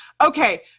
Okay